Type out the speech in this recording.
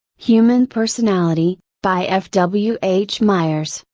human personality, by f w h myers,